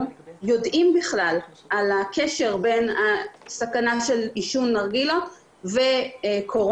יודעים בכלל על הקשר בין הסכנה בעישון נרגילות וקורונה.